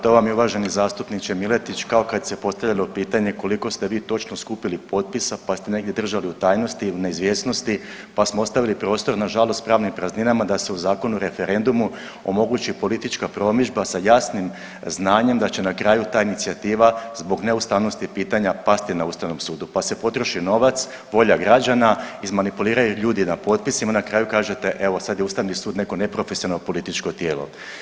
To vam je uvaženi zastupniče Miletić kao kad se postavljalo pitanje koliko ste vi točno skupili potpisa pa ste negdje držali u tajnosti, u neizvjesnosti, pa smo ostavili prostor nažalost pravnim prazninama da se u Zakonu u referendumu omogući politička promidžba sa jasnim znanjem da će na kraju ta inicijativa zbog neustavnosti pitanja pasti na Ustavnom sudu, pa se potroši novac, volja građana, izmanipuliraju ljudi na potpisima i na kraju kažete evo sad je Ustavni sud neko neprofesionalno političko tijelo.